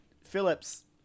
Phillips